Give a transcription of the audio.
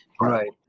Right